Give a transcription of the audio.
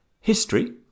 history